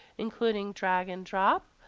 including drag and drop.